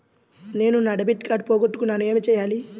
నేను నా debit card పోగొట్టుకున్నాను ఏమి చేయాలి?